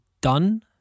done